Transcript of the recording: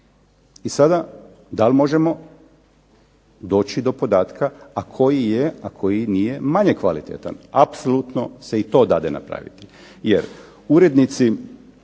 I sada dal možemo doći do podatka, a koji je a koji nije manje kvalitetan. Apsolutno se i to dade napraviti, jer urednici,